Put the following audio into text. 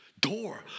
door